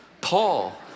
Paul